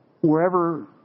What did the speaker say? wherever